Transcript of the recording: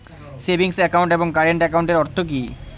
Savings account এবং current একাউন্টের অর্থ কি?